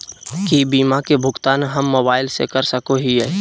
की बीमा के भुगतान हम मोबाइल से कर सको हियै?